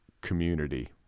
community